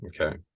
Okay